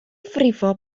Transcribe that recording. frifo